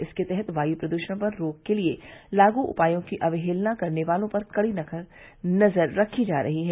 इसके तहत वायु प्रदूषण पर रोक के लिए लागू उपायों की अवहेलना करने वालों पर कड़ी नज़र रखी जा रही है